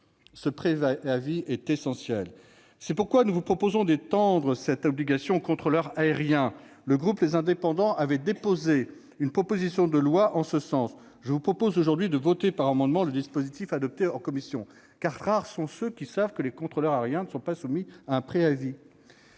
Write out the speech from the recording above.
Ce préavis est essentiel. C'est pourquoi nous vous proposons d'étendre cette obligation aux contrôleurs aériens. Le groupe Les Indépendants avait déposé une proposition de loi en ce sens ; je vous suggère aujourd'hui de voter par amendement le dispositif adopté en commission. Car rares sont ceux qui savent que les contrôleurs aériens ne sont pas soumis à un préavis